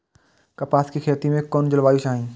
कपास के खेती में कुन जलवायु चाही?